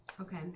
Okay